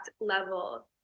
level